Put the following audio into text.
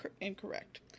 incorrect